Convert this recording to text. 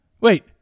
Wait